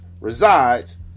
resides